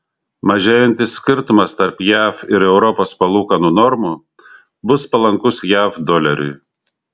mažėjantis skirtumas tarp jav ir europos palūkanų normų bus palankus jav doleriui